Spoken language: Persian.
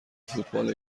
فوتبال